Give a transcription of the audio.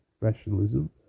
rationalism